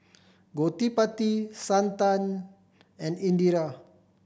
Gottipati Santha and Indira